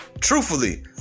Truthfully